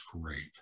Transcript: great